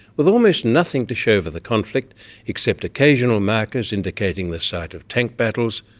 with almost nothing to show for the conflict except occasional markers indicating the site of tank battles,